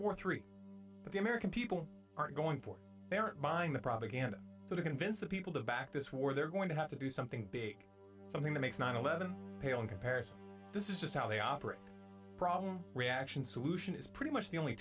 war three the american people are going for they're buying the propaganda to convince the people to back this war they're going to have to do something big something that makes nine eleven pale in comparison this is just how they operate problem reaction solution is pretty much the only